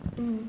mm